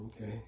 Okay